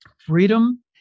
Freedom